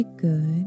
good